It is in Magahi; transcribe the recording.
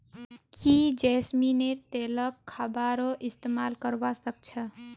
की जैस्मिनेर तेलक खाबारो इस्तमाल करवा सख छ